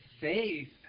faith